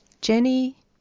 Jenny